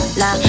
la